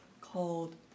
called